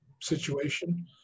situation